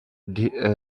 des